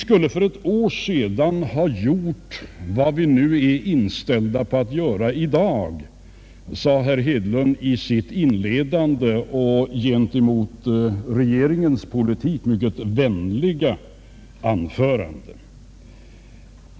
För ett år sedan skulle vi ha gjort vad vi i dag är inställda på att göra, sade herr Hedlund i sitt i vad gäller regeringens politik mycket vänliga inledningsanförande.